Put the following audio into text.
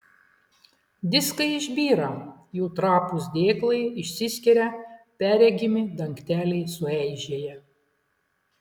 diskai išbyra jų trapūs dėklai išsiskiria perregimi dangteliai sueižėja